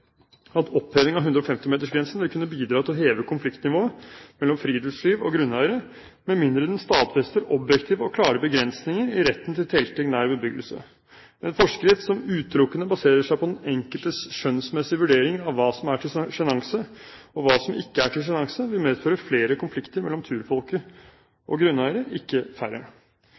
at oppheving av 150-metersgrensen «vil kunne bidra til å heve konfliktnivået mellom friluftsliv og grunneiere», med mindre den stadfester objektive og klare begrensninger i retten til telting nær bebyggelse. En forskrift som utelukkende baserer seg på den enkeltes skjønnsmessige vurderinger om hva som er til sjenanse, og hva som ikke er til sjenanse, vil medføre flere konflikter mellom turfolket og grunneiere, ikke færre.